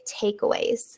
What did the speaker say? takeaways